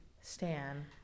Stan